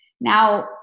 Now